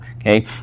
Okay